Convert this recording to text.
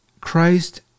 Christ